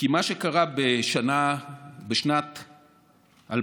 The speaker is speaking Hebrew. כי מה שקרה בשנת 2017,